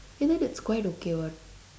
eh then that's quite okay what